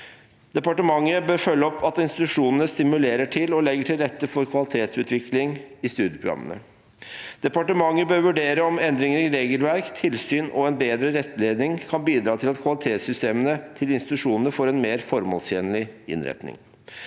Departementet bør følge opp at institusjonene stimulerer til og legger til rette for kvalitetsutvikling i studieprogrammene. – Departementet bør vurdere om endringer i regelverk, tilsyn og en bedre rettledning kan bidra til at kvalitetssystemene til institusjonene får en mer formålstjenlig innretning.